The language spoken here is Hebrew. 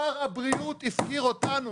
שר הבריאות הפקיר אותנו.